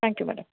thank you madam